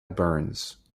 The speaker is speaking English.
burns